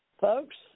folks